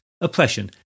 oppression